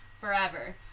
forever